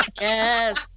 Yes